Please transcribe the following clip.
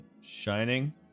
Shining